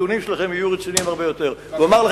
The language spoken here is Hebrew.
אני אסכם.